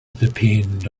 depend